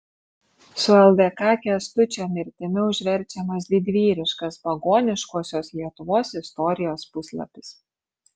su ldk kęstučio mirtimi užverčiamas didvyriškas pagoniškosios lietuvos istorijos puslapis